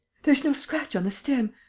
there's no scratch on the stem!